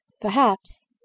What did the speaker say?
perhaps